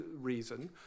reason